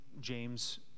James